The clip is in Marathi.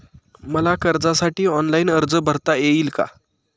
मला कर्जासाठी ऑनलाइन अर्ज भरता येईल का?